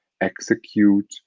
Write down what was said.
execute